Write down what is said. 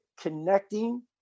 connecting